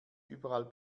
überall